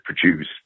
produce